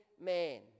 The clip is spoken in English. man